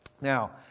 Now